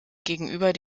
gegenüber